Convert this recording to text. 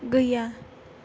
गैया